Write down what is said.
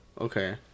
Okay